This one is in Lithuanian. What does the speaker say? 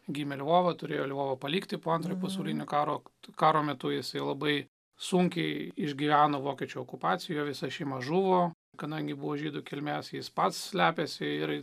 gimė lvova turėjo lvovą palikti po antrojo pasaulinio karo karo metu jisai labai sunkiai išgyveno vokiečių okupacijo jo visa šeima žuvo kadangi buvo žydų kilmės jis pats slepiasi ir